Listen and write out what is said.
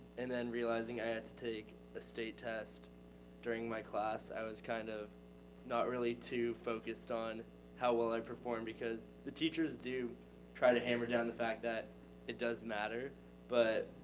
and then realizing i had to take a state test during my class, i was kind of not really too focused on how well i performed because the teachers do try to hammer down the fact that it does matter but,